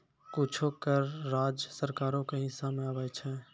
कुछो कर राज्य सरकारो के हिस्सा मे आबै छै